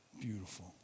beautiful